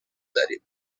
داریم